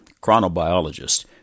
chronobiologist